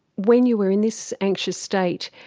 when you were in this anxious state,